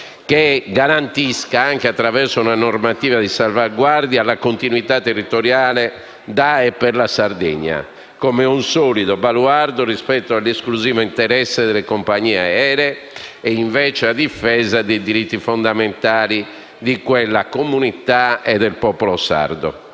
e garantisca, anche attraverso una normativa di salvaguardia, la continuità territoriale da e per la Sardegna come un solido baluardo rispetto all'esclusivo interesse delle compagnie aeree, a difesa, invece, dei diritti fondamentali di quella comunità e del popolo sardo.